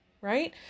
right